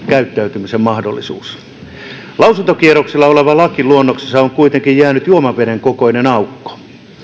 käyttäytymisen mahdollisuus lausuntokierroksella olevaan lakiluonnokseen on kuitenkin jäänyt juomaveden kokoinen aukko